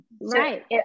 right